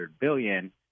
billion